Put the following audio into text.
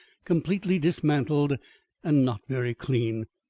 completely dismantled and not very clean.